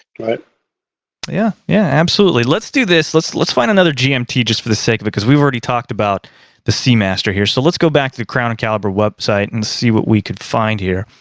but yeah, yeah, absolutely. let's do this. let's, let's find another gmt just for the sake of it because we've already talked about the seamaster, here. so, let's go back to the crown and caliber website and see what we could find here.